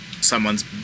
someone's